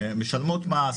ומשלמות מס.